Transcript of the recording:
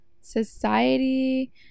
society